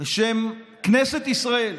בשם כנסת ישראל,